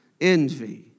envy